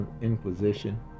Inquisition